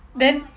then